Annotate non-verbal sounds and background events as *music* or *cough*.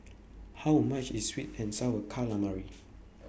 How much IS Sweet and Sour Calamari *noise*